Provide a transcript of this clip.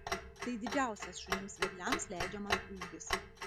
tai didžiausias šunims vedliams leidžiamas ūgis